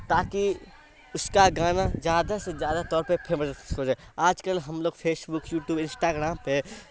تاکہ اس کا گانا زیادہ سے زیادہ طور پہ فیمس ہو جائے آج کل ہم لوگ فیس بک یوٹوب انسٹاگرام پہ